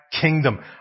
kingdom